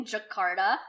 Jakarta